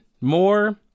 more